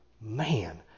Man